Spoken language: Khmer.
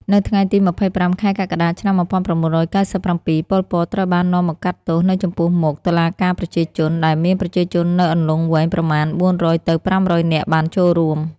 នៅថ្ងៃទី២៥ ខែកក្កដា ឆ្នាំ១៩៩៧ ប៉ុល ពត ត្រូវបាននាំមកកាត់ទោសនៅចំពោះមុខ «តុលាការប្រជាជន» ដែលមានប្រជាជននៅអន្លង់វែងប្រមាណ៤០០ទៅ៥០០នាក់បានចូលរួម។